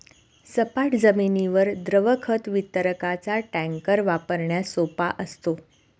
सपाट जमिनीवर द्रव खत वितरकाचा टँकर वापरण्यास सोपा असतो